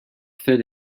fit